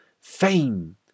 Fame